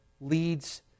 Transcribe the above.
leads